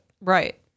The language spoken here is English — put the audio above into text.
right